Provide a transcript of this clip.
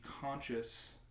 conscious